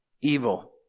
evil